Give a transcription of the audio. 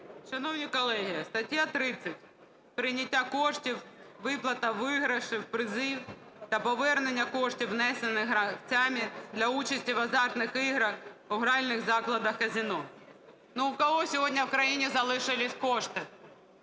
Шановні колеги, стаття 30 " Прийняття коштів, виплата виграшів (призів) та повернення коштів, внесених гравцями для участі в азартних іграх у гральних закладах казино ". Ну, в кого сьогодні в країні залишилися кошти?